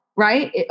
Right